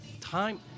time